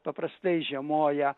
paprastai žiemoja